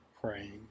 praying